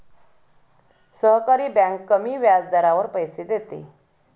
सहकारी बँक कमी व्याजदरावर पैसे देते